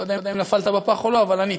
אני לא יודע אם נפלת בפח או לא, אבל ענית.